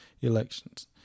elections